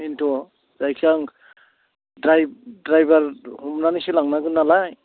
बेनोथ' जायखिजाया आं द्राइभार हमनानैसो लांनांगोन नालाय